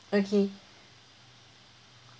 okay